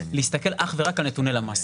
להסתכל אך ורק על נתוני למ"ס.